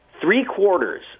Three-quarters